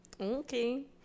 Okay